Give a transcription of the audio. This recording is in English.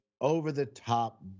over-the-top